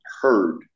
heard